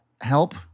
help